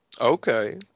Okay